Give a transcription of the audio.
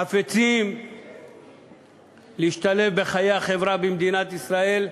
חפצים להשתלב בחיי החברה במדינת ישראל.